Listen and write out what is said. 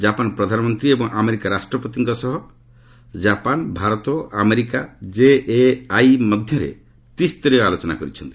Japan ପ୍ରଧାନମନ୍ତ୍ରୀ ଏବଂ America ରାଷ୍ଟ୍ରପତିଙ୍କ ସହ ଜାପାନ ଭାରତ ଓ ଆମେରିକା କେଏଆଇ ମଧ୍ୟରେ ତ୍ରିସ୍ତରୀୟ ଆଲୋଚନା କରିଛନ୍ତି